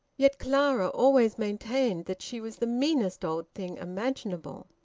yet clara always maintained that she was the meanest old thing imaginable.